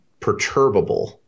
perturbable